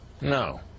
No